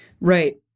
Right